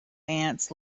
ants